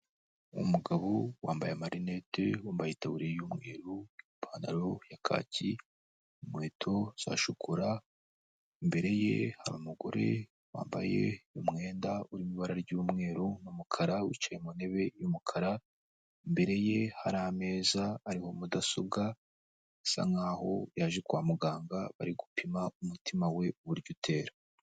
Umugabo wambaye amarinete wambaye itaburiya y'umweru ipantaro ya kaki, inkweto za shokora imbere ye hari umugore wambaye umwenda uri mu ibara ry'umweru n'umukara wicaye mu ntebe y'umukara imbere ye hari ameza ariho mudasobwa asa nkaho yaje kwa muganga bari gupima umutima we uburyo utera.